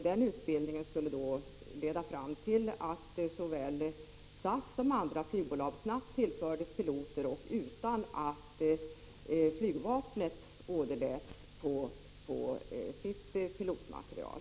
Den utbildningen skulle då leda till att såväl SAS som andra flygbolag snabbt tillfördes piloter utan att flygvapnet skulle återlåtas på sitt pilotmaterial.